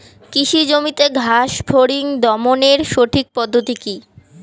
কৃষি জমিতে ঘাস ফরিঙ দমনের সঠিক পদ্ধতি কি?